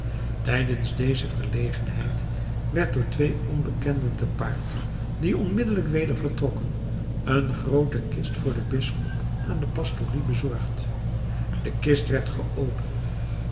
tijdens deze verlegenheid werd door twee onbekenden te paard die onmiddellijk weder vertrokken een groote kist voor den bisschop aan de pastorie bezorgd de kist werd geopend